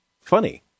funny